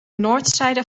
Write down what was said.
noordzijde